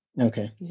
Okay